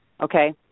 Okay